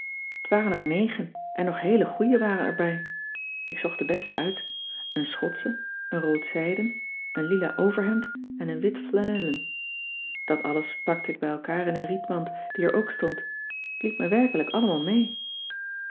t waren er negen en nog heele goeie waren erbij ik zocht de besten uit een schotsche een rood zijden een lila overhemd en een wit flanellen dat alles pakte ik bij elkaar in een rietmand die er ook stond t liep me werkelijk allemaal mee